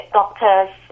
doctors